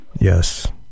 Yes